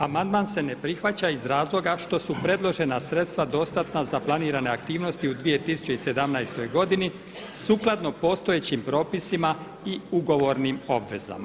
Amandman se ne prihvaća iz razloga što su predložena sredstva dostatna za planirane aktivnosti u 2017. godini, sukladno postojećim propisima i ugovornim obvezama.